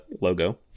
logo